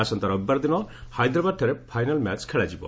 ଆସନ୍ତା ରବିବାର ଦିନ ହାଇଦ୍ରାବାଦଠାରେ ଫାଇନାଲ ମ୍ୟାଚ ଖେଳାଯିବ